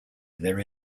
there